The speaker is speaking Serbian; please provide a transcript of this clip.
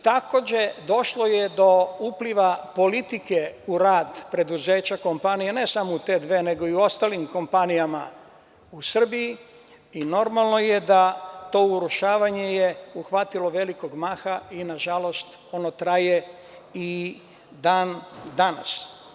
Takođe, došlo je do upliva politike u rad preduzeća, kompanije, ne samo u te dve, nego i u ostalim kompanijama u Srbiji i normalno je da je to urušavanje uhvatilo velikog maha i, nažalost, ono traje i dan-danas.